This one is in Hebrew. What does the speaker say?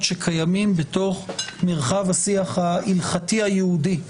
שקיימים בתוך מרחב השיח ההלכתי היהודי,